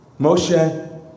Moshe